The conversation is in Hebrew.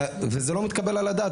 וזה לא מתקבל על הדעת.